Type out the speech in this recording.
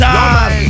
Time